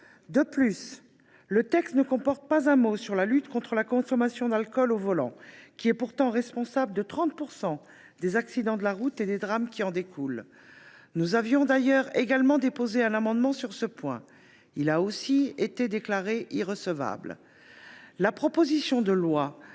De plus, le texte ne contient pas un mot sur la lutte contre la consommation d’alcool au volant, qui est pourtant responsable de 30 % des accidents de la route et des drames qui en découlent. Nous avions également déposé un amendement sur ce point. Il a, lui aussi, a été déclaré irrecevable. Il apparaît donc